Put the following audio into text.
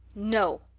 no,